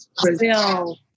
Brazil